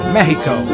Mexico